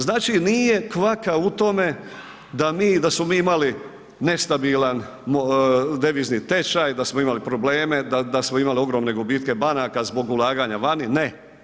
Znači nije kvaka u tome da mi, da smo mi imali nestabilan devizni tečaj, da smo imali probleme, da smo imali ogromne gubitke banaka zbog ulaganja vani, ne.